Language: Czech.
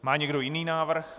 Má někdo jiný návrh?